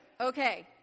Okay